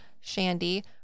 shandy